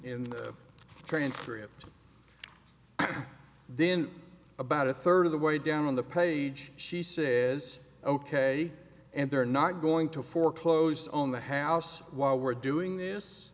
the transcript then about a third of the way down the page she says ok and they're not going to foreclose on the house while we're doing this